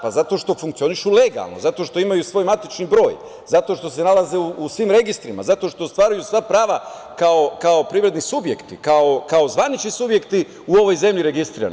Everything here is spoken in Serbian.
Pa zato što funkcionišu legalno, zato što imaju svoj matični broj, zato što se nalaze u svim registrima, zato što ostvaruju sva prava kao privredni subjekti, kao zvanični subjekti u ovoj zemlji registrirani.